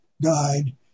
died